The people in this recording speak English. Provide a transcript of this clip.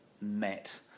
met